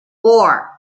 four